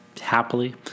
happily